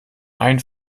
ein